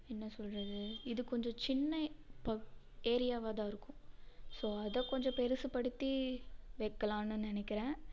என்ன சொல்கிறது இது கொஞ்சம் சின்ன பக் ஏரியாவாக தான் இருக்கும் ஸோ அதை கொஞ்சம் பெருசுப்படுத்தி வைக்கலான்னு நினைக்குறேன்